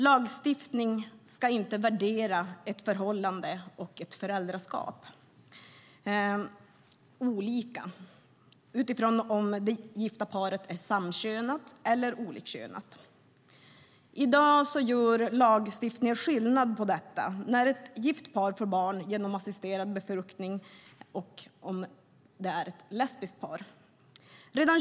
Lagstiftning ska inte värdera ett förhållande och ett föräldraskap olika utifrån om det gifta paret är samkönat eller olikkönat. I dag gör lagstiftningen skillnad på detta när ett gift par får barn genom assisterad befruktning och när ett lesbiskt par får det.